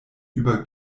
über